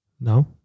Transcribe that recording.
no